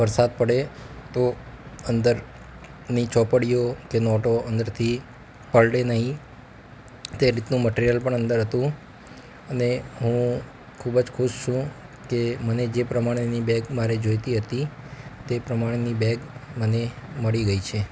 વરસાદ પડે તો અંદરની ચોપડીઓ કે નોટો અંદરથી પલળે નહીં તે રીતનું મટીરીયલ પણ અંદર હતું અને હું ખૂબ જ ખુશ છું કે મને જે પ્રમાણેની બેગ મારે જોઈતી હતી તે પ્રમાણેની બેગ મને મળી ગઈ છે